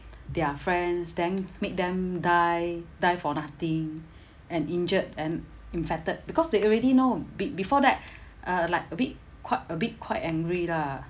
their friends then make them die die for nothing and injured and infected because they already know be~ before that uh like a bit quite a bit quite angry lah